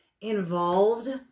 involved